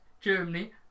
Germany